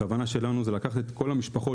הכוונה שלנו זה לקחת את כל המשפחות